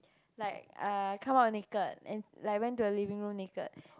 like err come out naked and like went to the living room naked